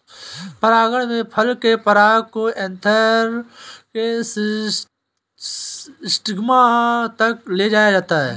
परागण में फल के पराग को एंथर से स्टिग्मा तक ले जाया जाता है